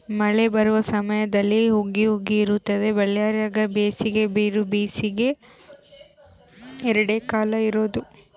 ಮಳೆ ಬರುವ ಸಮಯದಲ್ಲಿ ಹುಗಿ ಹುಗಿ ಇರುತ್ತದೆ ಬಳ್ಳಾರ್ಯಾಗ ಬೇಸಿಗೆ ಬಿರುಬೇಸಿಗೆ ಎರಡೇ ಕಾಲ ಇರೋದು